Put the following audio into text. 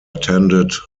attended